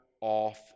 off